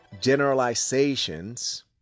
generalizations